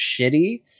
shitty